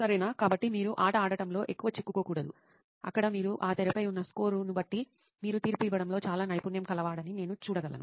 సరెనా కాబట్టి మీరు ఆట ఆడటంలో ఎక్కువగా చిక్కుకోకూడదు అక్కడ మీరు ఆ తెరపై ఉన్న స్కోరును బట్టి మీరు తీర్పు ఇవ్వడంలో చాలా నైపుణ్యం కలవాడివని నేను చూడగలను